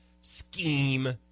scheme